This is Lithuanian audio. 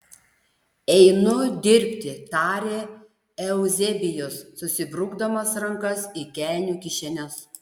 einu dirbti tarė euzebijus susibrukdamas rankas į kelnių kišenes